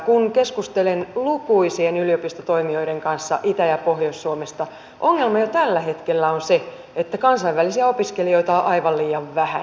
kun keskustelin lukuisien yliopistotoimijoiden kanssa itä ja pohjois suomesta ongelma jo tällä hetkellä on se että kansainvälisiä opiskelijoita on aivan liian vähän